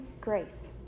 grace